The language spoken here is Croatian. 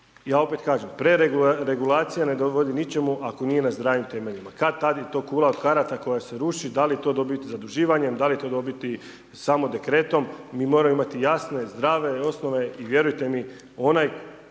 Ja opet kažem, preregulacija ne dovodi ničemu ako nije na zdravim temeljima. Kad tada je to kula od karata koja se ruši. Da li je to dobiti zaduživanjem, da li je to dobiti samo dekretom mi moramo imati jasne, zdrave osnove. I vjerujte mi onaj